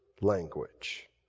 language